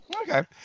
Okay